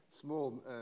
small